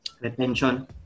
Retention